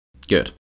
Good